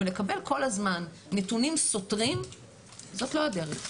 אבל לקבל כל הזמן נתונים סותרים זאת לא הדרך,